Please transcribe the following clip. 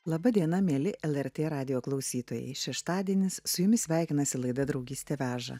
laba diena mieli lrt radijo klausytojai šeštadienis su jumis sveikinasi laida draugystė veža